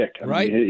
right